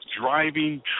driving